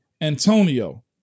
Antonio